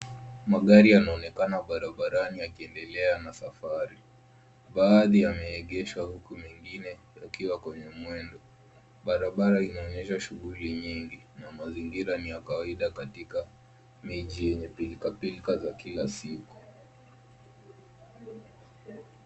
Magari yanaonekana barabarani yakiendelea na safari. Baadhi yameegeshwa huku mengine yakiwa kwenye mwendo. Barabara inaonyesha shughuli nyingi na mazingira ni ya kawaida katika miji yenye pilkapilka za kila siku.